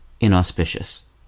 inauspicious